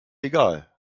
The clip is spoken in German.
egal